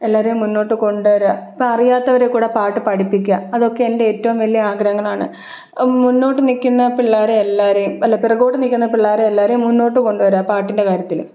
എല്ലാവരേയും മുന്നോട്ട് കൊണ്ട് വരിക ഇപ്പം അറിയാത്തവരെ കൂടെ പാട്ട് പഠിപ്പിക്കുക അതൊക്കെ എൻ്റെ ഏറ്റവും വലിയ ആഗ്രഹങ്ങളാണ് മുന്നോട്ട് നിൽക്കുന്ന പിള്ളാരെ എല്ലാവരെയും അല്ല പുറകോട്ട് നിൽക്കുന്ന എല്ലാവരെയും മുന്നോട്ട് കൊണ്ട് വരിക പാട്ടിൻ്റെ കാര്യത്തില്